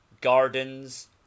gardens